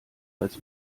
als